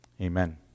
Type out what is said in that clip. Amen